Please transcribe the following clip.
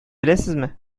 беләсезме